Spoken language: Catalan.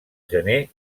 gener